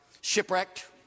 shipwrecked